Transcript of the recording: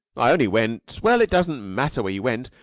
i only went well, it doesn't matter where you went.